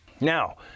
now